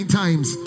times